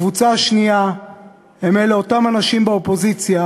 הקבוצה השנייה היא של אותם אנשים באופוזיציה